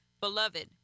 beloved